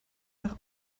nach